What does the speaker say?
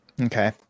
Okay